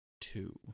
two